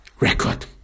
record